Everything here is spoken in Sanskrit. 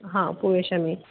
उपवेशामि